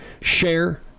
Share